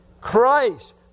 Christ